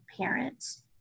parents